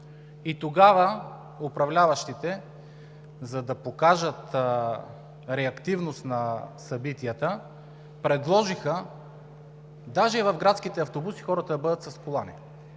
Тогава управляващите, за да покажат реактивност на събитията, предложиха дори в градските автобуси хората да бъдат с колани.